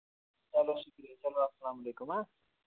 چلو شُکرِیہ چلواَلسلام علیکُم ہہ